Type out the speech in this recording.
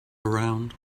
around